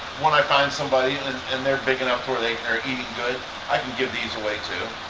when i find somebody and they're big enough where they are eating good i can give these away too.